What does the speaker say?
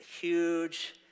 huge